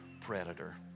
predator